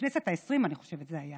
אני חושבת שזה היה